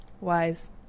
Wise